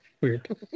Weird